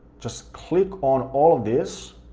just click on all of these,